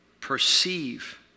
perceive